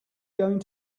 going